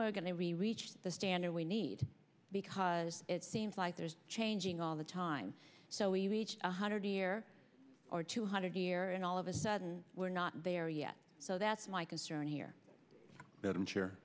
really reach the standard we need because it seems like there's changing all the time so we reach one hundred year or two hundred year in all of a sudden we're not there yet so that's my concern here that i'm